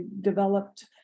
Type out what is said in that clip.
developed